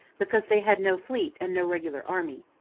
because they had no fleet and no regular army.